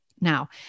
Now